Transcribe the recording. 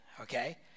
Okay